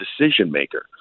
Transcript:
decision-maker